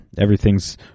everything's